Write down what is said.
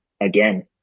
again